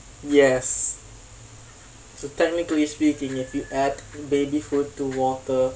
yes so technically speaking if you add baby food to water